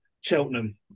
Cheltenham